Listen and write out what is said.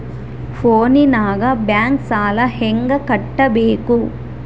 ಫೋನಿನಾಗ ಬ್ಯಾಂಕ್ ಸಾಲ ಹೆಂಗ ಕಟ್ಟಬೇಕು?